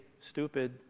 stupid